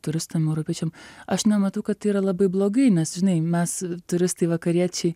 turistam europiečiam aš nematau kad yra labai blogai nes žinai mes turistai vakariečiai